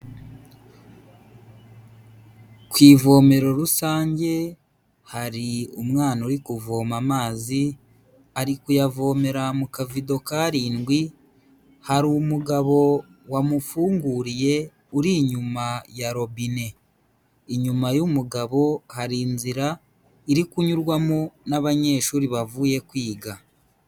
Ku ivomero rusange, hari umwana uri kuvoma amazi, ari kuyavomera mu kavido k'arindwi, hari umugabo wamufunguriye, uri inyuma ya robine. Inyuma y'umugabo hari inzira iri kunyurwamo n'abanyeshuri bavuye kwiga.